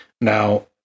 Now